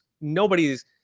nobody's